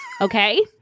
Okay